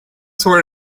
sort